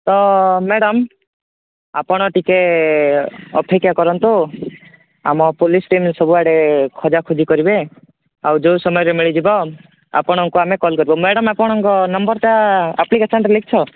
ତ ମ୍ୟାଡ଼ାମ୍ ଆପଣ ଟିକେ ଅପେକ୍ଷା କରନ୍ତୁ ଆମ ପୋଲିସ୍ ଟିମ୍ ସବୁ ଆଡ଼େ ଖୋଜା ଖୋଜି କରିବେ ଆଉ ଯୋଉ ସମୟରେ ମିଳିଯିବ ଆପଣଙ୍କୁ ଆମେ କଲ୍ କରିବୁ ମ୍ୟାଡ଼ାମ୍ ଆପଣଙ୍କ ନମ୍ବର୍ ଟା ଆପ୍ଲିକେସନ୍ ରେ ଲେଖିଛ